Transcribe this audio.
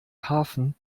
hafen